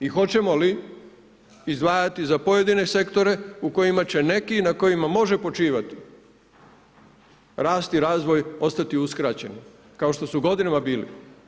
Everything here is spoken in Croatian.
I hoćemo li izdvajati za pojedine sektore u kojima će neki na kojima može počivati rast i razvoj ostati uskraćeni, kao što su godinama bili.